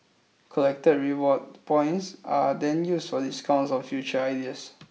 collected reward points are then used for discounts on future ideas